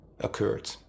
occurred